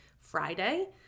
Friday